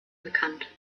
bekannt